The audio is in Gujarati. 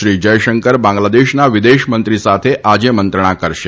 શ્રી જયશંકર બાંગ્લાદેશના વિદેશમંત્રી સાથે આજે મંત્રણા કરશે